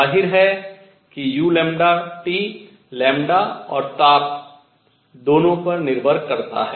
जाहिर है कि u और ताप दोनों पर निर्भर करता है